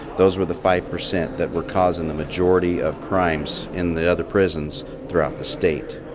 those were the five percent that were causing the majority of crimes in the other prisons throughout the state